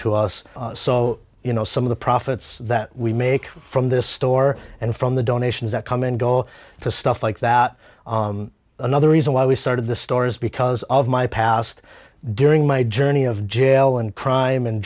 to us so you know some of the profits that we make from this store and from the donations that come in go to stuff like that another reason why we started the stores because of my past during my journey of jail and crime and